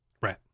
right